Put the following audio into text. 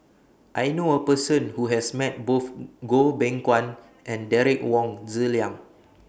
I knew A Person Who has Met Both Goh Beng Kwan and Derek Wong Zi Liang